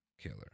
killer